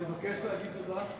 אני מבקש להגיד תודה.